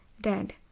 dead